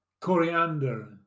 coriander